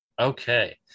Okay